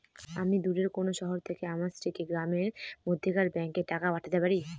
আমি দূরের কোনো শহর থেকে আমার স্ত্রীকে গ্রামের মধ্যেকার ব্যাংকে টাকা পাঠাতে পারি?